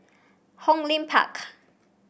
Hong Lim Park